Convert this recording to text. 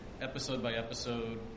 episode-by-episode